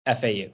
fau